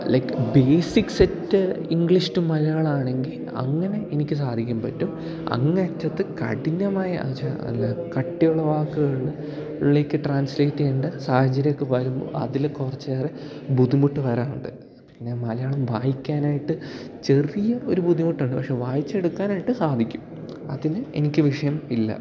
like basic set English to മലയാളമാണെങ്കിൽ അങ്ങനെ എനിക്ക് സാധിക്കാൻ പറ്റും അങ്ങേ അറ്റത്ത് കഠിനമായ എന്ന് വെച്ചാൽ നല്ല കട്ടിയുള്ള വാക്കുകളുണ്ട് ളിലേക്ക് ട്രാൻസ്ലേറ്റ് ചെയ്യേണ്ട സാഹചര്യമൊക്കെ വരുമ്പോൾ അതില് കുറച്ചേറെ ബുദ്ധിമുട്ട് വരാറുണ്ട് പിന്നെ മലയാളം വായിക്കാനായിട്ട് ചെറിയ ഒരു ബുദ്ധിമുട്ടുണ്ട് പക്ഷെ വായിച്ചെടുക്കാനായിട്ട് സാധിക്കും അതിന് എനിക്ക് വിഷയം ഇല്ല